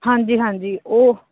ਹਾਂਜੀ ਹਾਂਜੀ ਉਹ